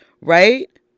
Right